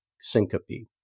syncope